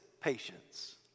patience